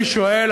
אני שואל,